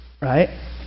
Right